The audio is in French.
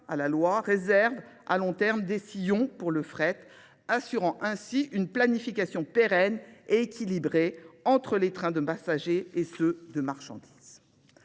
à la loi, réserve à long terme des sillons pour le fret, assurant ainsi une planification pérenne et équilibrée entre les trains de massagers et ceux de marchandises.